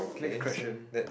next question